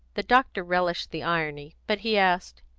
the doctor relished the irony, but he asked,